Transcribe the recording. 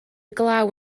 glaw